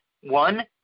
one